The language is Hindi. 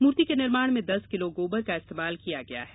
मूर्ति के निर्माण में दस किलो गोबर का इस्तेमाल किया गया है